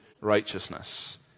righteousness